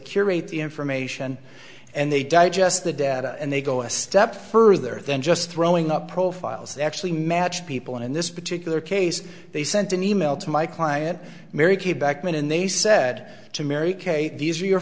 rate information and they digest the data and they go a step further than just throwing up profiles actually match people in this particular case they sent an email to my client mary kay backman and they said to mary kate these are your